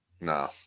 No